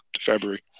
February